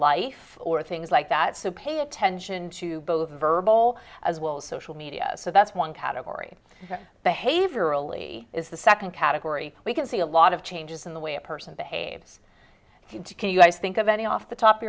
life or things like that so pay attention to both verbal as well as social media so that's one category behaviorally is the second category we can see a lot of changes in the way a person behaves can you guys think of any off the top